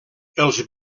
els